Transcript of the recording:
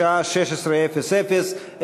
בשעה 16:00,